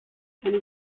eine